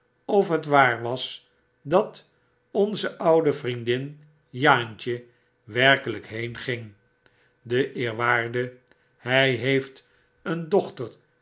of het waar was dat onze oude vriendin jaantje werkelyk heenging de eerwaarde hij heeft een dochter